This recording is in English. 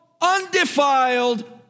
undefiled